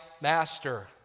master